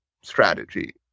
strategy